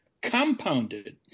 compounded